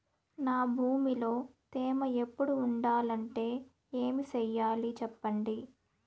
నా భూమిలో తేమ ఎప్పుడు ఉండాలంటే ఏమి సెయ్యాలి చెప్పండి?